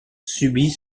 subit